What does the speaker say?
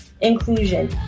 inclusion